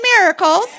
miracles